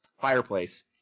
fireplace